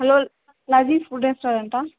hello Lazeez food రెస్టారెంటా